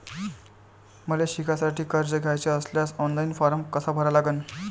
मले शिकासाठी कर्ज घ्याचे असल्यास ऑनलाईन फारम कसा भरा लागन?